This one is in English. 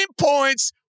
points